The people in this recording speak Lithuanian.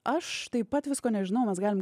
aš taip pat visko nežinau mes galim